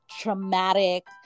traumatic